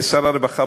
כשר הרווחה,